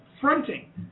fronting